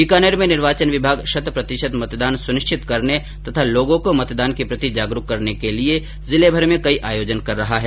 बीकानेर मे निर्वाचन विभाग शत प्रतिशत मतदान सुनिश्चित करने और लोगो को मतदान के प्रति जागरूक करने के लिए जिलेमर में कई आयोजन कर रहा है